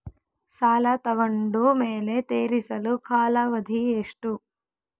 ಸಾಲ ತಗೊಂಡು ಮೇಲೆ ತೇರಿಸಲು ಕಾಲಾವಧಿ ಎಷ್ಟು?